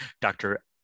Dr